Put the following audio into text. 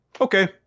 okay